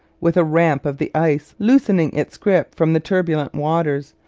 with a ramp of the ice loosening its grip from the turbulent waters,